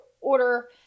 order